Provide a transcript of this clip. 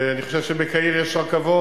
אני חושב שבקהיר יש רכבות,